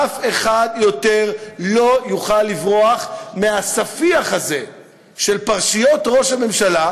אף אחד יותר לא יוכל לברוח מהספיח הזה של פרשיות ראש הממשלה,